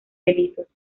delitos